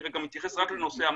אני מתייחס רק לנושא המגפה.